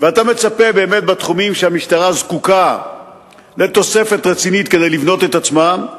אתה מצפה שבתחומים שהמשטרה זקוקה בהם לתוספת רצינית כדי לבנות את עצמה,